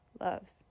loves